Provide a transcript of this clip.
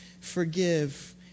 forgive